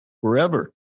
forever